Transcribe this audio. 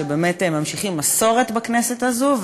שבאמת ממשיכים מסורת בכנסת הזו,